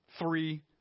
three